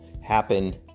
happen